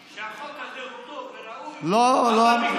שהחוק הזה הוא טוב וראוי, אבל בגלל, לא, לא.